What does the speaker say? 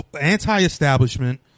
anti-establishment